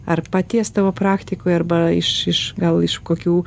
ar paties tavo praktikoj arba iš iš gal iš kokių